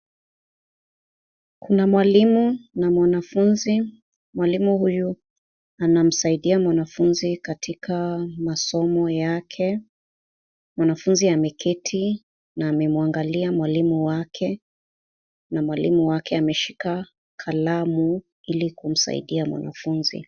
Kuna mwalimu, na mwanafunzi, mwalimu huyu anamsaidia mwanafunzi katika masomo yake. Mwanafunzi ameketi, na anamwangilia mwalimu wake, na mwalimu wake ameshika kalamu ili kumsaidia mwanafunzi.